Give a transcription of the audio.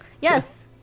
Yes